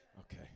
Okay